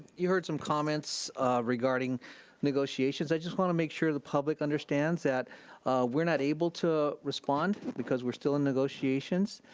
you heard some comments regarding negotiations. i just wanna make sure the public understands that we're not able to respond because we're still in negotiations.